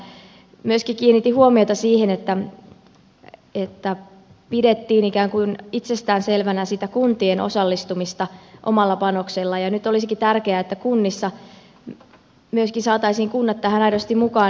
myöskin kiinnitin huomiota siihen että pidettiin ikään kuin itsestään selvänä kuntien osallistumista omalla panoksella ja nyt olisikin tärkeää että saataisiin kunnat tähän aidosti mukaan